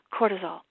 cortisol